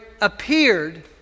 appeared